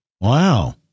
Wow